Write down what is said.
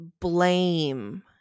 blame